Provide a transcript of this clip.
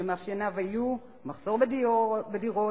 ומאפייניו היו מחסור בדירות,